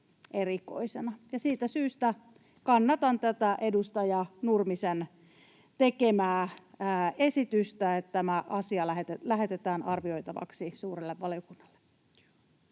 erikoisena. Siitä syystä kannatan tätä edustaja Nurmisen tekemää esitystä, että tämä asia lähetetään arvioitavaksi suurelle valiokunnalle.